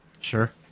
Sure